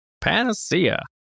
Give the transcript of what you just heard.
Panacea